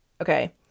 okay